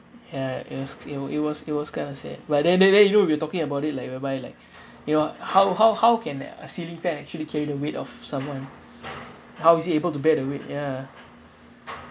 ya it was it was it was it was kind of sad but then then then you know we're talking about it like whereby like you know how how how can a ceiling fan actually carry the weight of someone how is it able to bear the weight ya